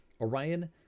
Orion